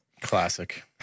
Classic